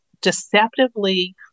deceptively